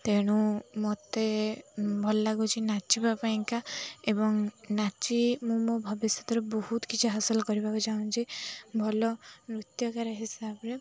ତେଣୁ ମୋତେ ଭଲ ଲାଗୁଛି ନାଚିବା ପାଇଁକା ଏବଂ ନାଚି ମୁଁ ମୋ ଭବିଷ୍ୟତରେ ବହୁତ କିଛି ହାସଲ୍ କରିବାକୁ ଚାହୁଁଛି ଭଲ ନୃତ୍ୟକର ହିସାବରେ